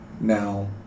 Now